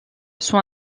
sous